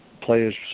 players